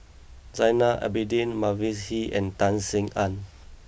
Zainal Abidin Mavis Hee and Tan Sin Aun